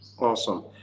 Awesome